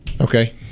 Okay